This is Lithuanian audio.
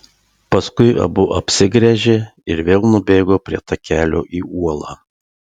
paskui abu apsigręžė ir vėl nubėgo prie takelio į uolą